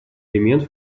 элемент